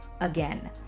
again